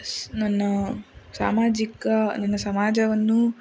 ನನ್ನ ಸಾಮಾಜಿಕ ನನ್ನ ಸಮಾಜವನ್ನು